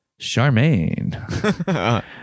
charmaine